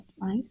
right